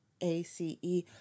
A-C-E